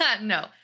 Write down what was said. No